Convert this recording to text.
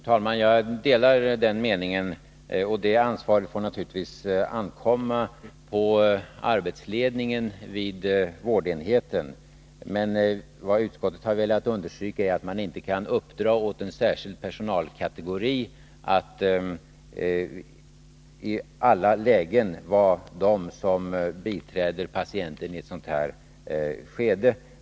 Herr talman! Jag delar den meningen. Det ansvaret får naturligtvis ankomma på arbetsledningen vid vårdenheten. Vad utskottet har velat understryka är att man inte kan uppdra åt en särskild personalkategori att i alla lägen vara den som biträder patienten i ett sådant här skede.